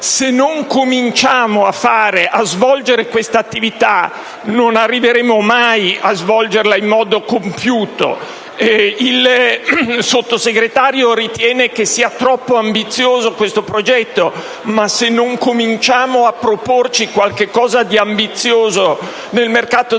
Se non cominciamo a svolgere quest'attività non arriveremo mai a svolgerla in modo compiuto. Il Sottosegretario ritiene che questo progetto sia troppo ambizioso, ma se non cominciamo a proporci qualcosa di ambizioso nel mercato